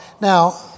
Now